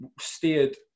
steered